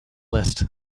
list